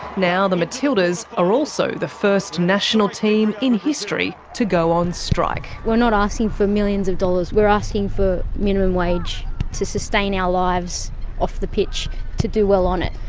now the matildas are also the first national team in history to go on strike. we're not asking for millions of dollars. we're asking for minimum wage to sustain our lives off the pitch to do well on it.